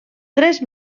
tres